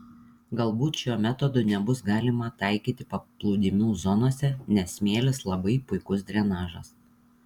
galbūt šio metodo nebus galima taikyti paplūdimių zonose nes smėlis labai puikus drenažas